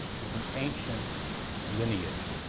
with an ancient lineage.